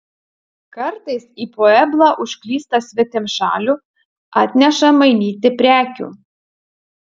kartais į pueblą užklysta svetimšalių atneša mainyti prekių